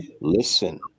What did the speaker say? listen